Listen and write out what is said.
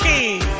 King